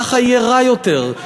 ככה יהיה רע יותר.